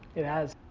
it has.